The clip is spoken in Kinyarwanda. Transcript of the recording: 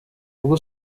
ubwo